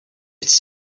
its